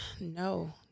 No